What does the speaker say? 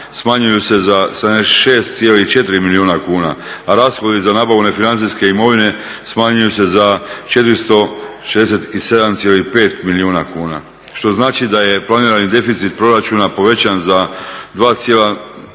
smanjuju se za 76,4 milijuna kuna, a rashodi za nabavu nefinancijske imovine smanjuju se za 467,5 milijuna kuna. Što znači da je planirani deficit proračuna povećan za 2,05 milijardi